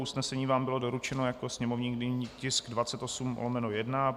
Usnesení vám bylo doručeno jako sněmovní tisk 28/1.